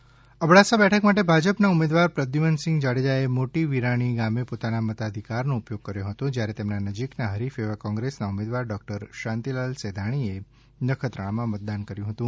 ઉમેદવારનું મતદાન અબડાસા બેઠક માટે ભાજપના ઉમેદવાર પ્રદ્યુમનસિંહ જાડેજાએ મોટી વિરાણી ગામે પોતાના મતાઘિકારનો ઉપયોગ કર્યો હતો જ્યારે તેમના નજીકના હરીફ એવા કોંગ્રેસના ઉમેદવાર ડોક્ટર શાંતિલાલ સેંઘાણીએ નખત્રાણામાં મતદાન કર્યું હતું